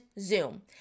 Zoom